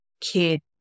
kid